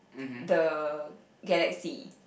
the galaxy